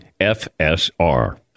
FSR